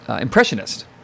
impressionist